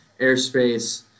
airspace